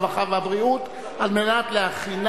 הרווחה והבריאות נתקבלה.